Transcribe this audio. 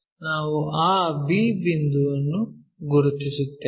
ಆದ್ದರಿಂದ ನಾವು ಆ b ಬಿಂದುವನ್ನು ಗುರುತಿಸುತ್ತೇವೆ